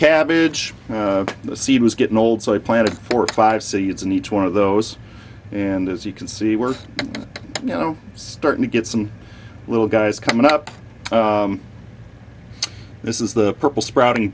cabbage the seed was getting old so i planted four or five seeds in each one of those and as you can see we're you know starting to get some little guys coming up this is the purple sprouting